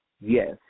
Yes